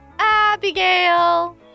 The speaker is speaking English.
abigail